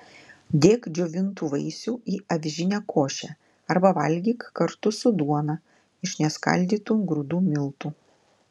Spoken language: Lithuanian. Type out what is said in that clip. dėk džiovintų vaisių į avižinę košę arba valgyk kartu su duona iš neskaldytų grūdų miltų